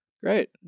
Great